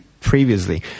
previously